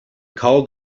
called